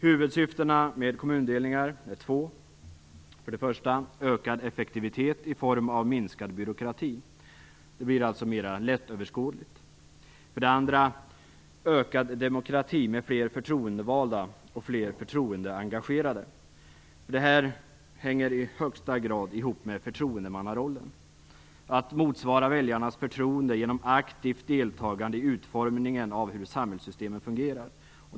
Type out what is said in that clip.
Huvudsyftena med kommundelningar är två. För det första uppnås ökad effektivititet i form av minskad byråkrati. Det blir alltså mer lättöverskådligt. För det andra uppnås ökad demokrati med fler förtroendevalda och förtroendeengagerade. Detta hänger i högsta grad ihop med förtroendemannarollen - att motsvara väljarnas förtroende genom aktivt deltagande i utformningen av hur samhällssystemen fungerar.